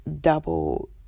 double